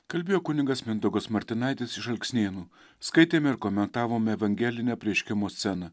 kalbėjo kunigas mindaugas martinaitis iš alksnėnų skaitėme ir komentavome evangelinę apreiškimo sceną